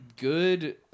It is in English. good